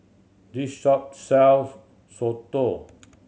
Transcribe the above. this shop sells soto